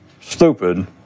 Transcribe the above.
stupid